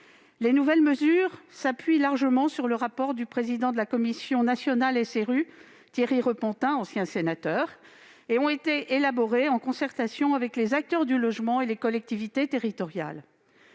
Les nouvelles mesures s'appuient largement sur le rapport du président de la commission nationale SRU, l'ancien sénateur Thierry Repentin. Elles ont été élaborées en concertation avec les acteurs du logement et les collectivités territoriales.